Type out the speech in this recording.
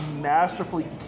masterfully